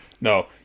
No